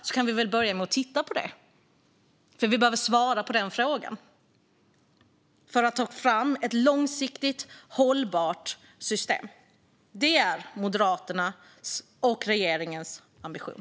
Låt oss börja med att titta på det, för vi behöver svara på den frågan för att kunna ta fram ett långsiktigt hållbart system. Det är Moderaternas och regeringens ambition.